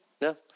No